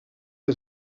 que